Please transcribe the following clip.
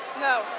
No